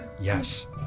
Yes